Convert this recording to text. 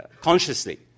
consciously